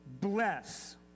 bless